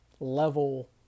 level